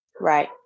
Right